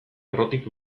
errotik